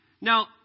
Now